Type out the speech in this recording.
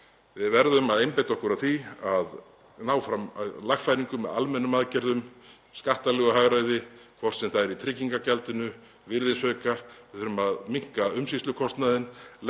Við verðum að einbeita okkur að því að ná fram lagfæringum með almennum aðgerðum, skattalegu hagræði, hvort sem það er í tryggingagjaldinu eða virðisaukaskatti, við þurfum að minnka umsýslukostnaðinn,